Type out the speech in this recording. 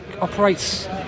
operates